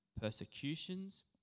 persecutions